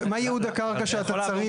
מה ייעוד הקרקע שאתה צריך?